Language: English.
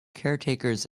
caretakers